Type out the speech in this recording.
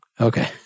Okay